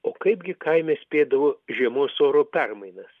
o kaipgi kaime spėdavo žiemos oro permainas